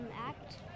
act